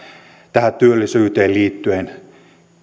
tähän työllisyyteen liittyen